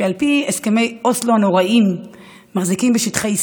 שעל פי הסכמי אוסלו הנוראים מחזיקים בשטחי C,